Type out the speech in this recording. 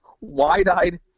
wide-eyed